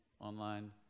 online